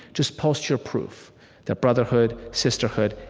just post your proof that brotherhood, sisterhood,